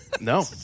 No